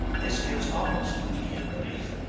this gives almost immediate relief.